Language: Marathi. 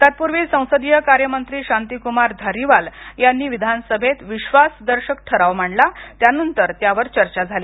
तत्पूर्वी संसदीय कार्य मंत्री शांती कुमार धारीवाल यांनी विधानसभेत विश्वासदर्शक ठराव मांडला त्यानंतर त्यावर चर्चा झाली